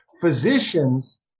physicians